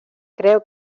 creo